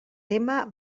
tema